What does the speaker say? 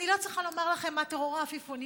אני לא צריכה לומר לכם מה טרור עפיפונים